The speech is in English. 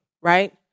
right